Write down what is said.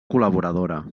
col·laboradora